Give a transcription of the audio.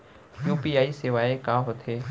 UPI सेवाएं का होथे